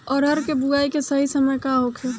अरहर बुआई के सही समय का होखे?